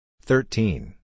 thirteen